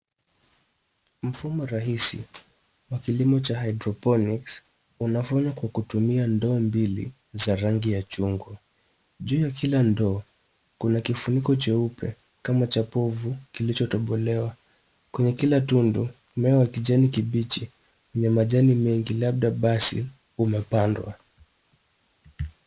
Mfumo rahisi wa kilimo cha hydroponics unafanywa kwa kutumia ndoo mbili za rangi ya chungwa. Juu ya kila ndoo, kuna kifuniko cheupe kama cha povu kilichotobolewa. Kwenye kila tundu, mmea wa kijani kibichi wenye majani mengi labda basil umepandwa.